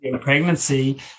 pregnancy